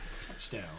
Touchdown